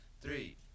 three